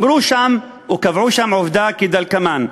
קבעו שם עובדה כדלקמן: